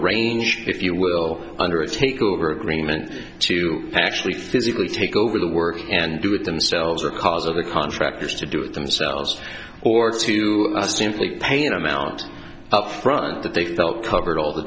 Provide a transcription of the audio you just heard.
range if you will under a takeover agreement to actually physically take over the work and do it themselves or cause other contractors to do it themselves or to simply paint amount up front that they felt covered all the